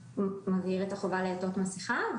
שמבהיר את החובה לעטות מסכה,